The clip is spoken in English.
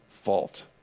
fault